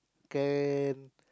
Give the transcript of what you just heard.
can